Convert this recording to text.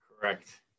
Correct